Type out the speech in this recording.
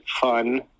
fun